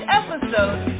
episode